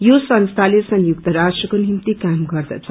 यो संस्थाले संयुक्त राष्ट्रको निभ्ति काम गर्दछ